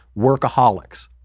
workaholics